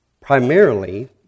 Primarily